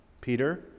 Peter